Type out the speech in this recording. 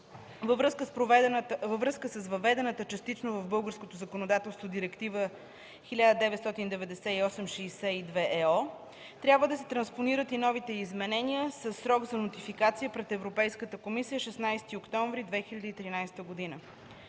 Във връзка с въведената частично в българското законодателство Директива 1999/62/ЕО трябва да се транспонират и новите й изменения със срок за нотификация пред Европейската комисия 16 октомври 2013 г.